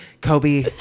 Kobe